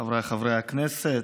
חבריי חברי הכנסת,